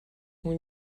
اون